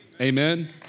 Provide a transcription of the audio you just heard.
Amen